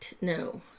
no